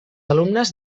alumnes